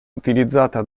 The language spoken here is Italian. utilizzata